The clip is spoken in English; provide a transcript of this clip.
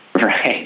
Right